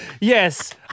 Yes